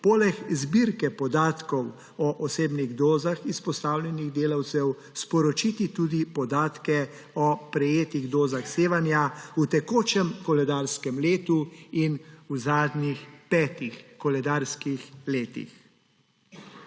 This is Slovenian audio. poleg zbirke podatkov o osebnih dozah izpostavljenih delavcev sporočiti tudi podatke o prejetih dozah sevanja v tekočem koledarskem letu in v zadnjih petih koledarskih letih.